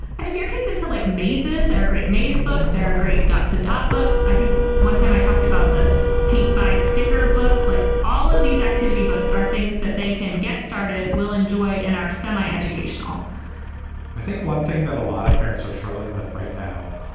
and if your kids until like mazes, there are a great maze books there, a great dot to dot books. i think one time i talked about this paint by sticker books, like all of these activity books are things that they can get started will enjoy. and our semi educational i think one thing that a lot of parents are struggling with right now,